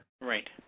Right